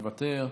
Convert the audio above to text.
מוותר,